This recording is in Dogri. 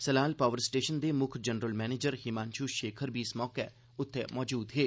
सलाल पावर स्टेशन दे मुक्ख जनरल मैनेजर हिमांशु शेखर बी इस मौके उत्थे मजूद हे